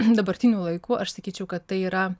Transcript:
dabartiniu laiku aš sakyčiau kad tai yra